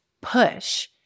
push